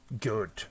good